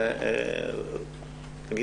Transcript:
זה לגיטימי.